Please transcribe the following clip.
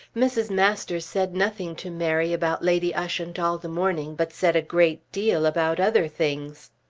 mrs. masters said nothing to mary about lady ushant all the morning, but said a great deal about other things.